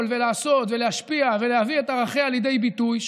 ולעשות ולהשפיע ולהביא את ערכיה לידי ביטוי,